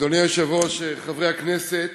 אדוני היושב-ראש, חברי הכנסת,